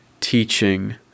teaching